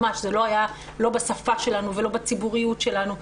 ממש זה לא היה לא בשפה שלנו ולא בציבוריות שלנו.